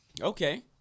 Okay